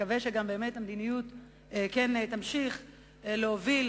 נקווה שבאמת ימשיכו להוביל